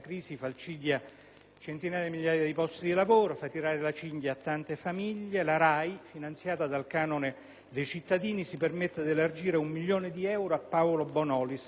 centinaia di migliaia di posti di lavoro e fa tirare la cinghia a milioni di famiglie, la RAI, finanziata dal canone dei cittadini, si permette di elargire un milione di euro a Paolo Bonolis per Sanremo